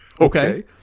okay